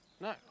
No